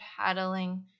paddling